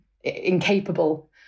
incapable